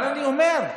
אבל אני אומר: